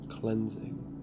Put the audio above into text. Cleansing